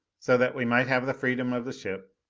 so that we might have the freedom of the ship,